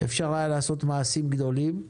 אפשר היה לעשות מעשים גדולים.